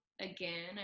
again